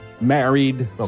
married